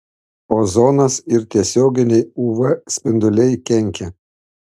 ozonas ir tiesioginiai uv spinduliai kenkia